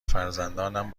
فرزندانم